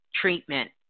treatment